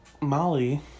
Molly